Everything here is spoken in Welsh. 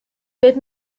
bum